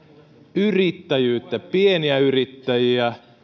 yrittäjyyttä pieniä yrittäjiä